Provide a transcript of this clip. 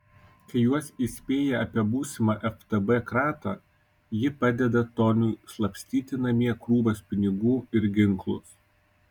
kai juos įspėja apie būsimą ftb kratą ji padeda toniui slapstyti namie krūvas pinigų ir ginklus